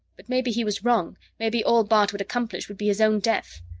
but maybe he was wrong, maybe all bart would accomplish would be his own death!